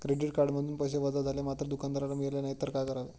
Credit कार्डमधून पैसे वजा झाले मात्र दुकानदाराला मिळाले नाहीत तर काय करावे?